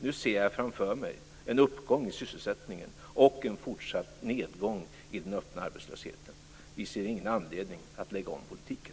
Nu ser jag framför mig en uppgång i sysselsättningen och en fortsatt nedgång i den öppna arbetslösheten. Vi ser ingen anledning att lägga om politiken.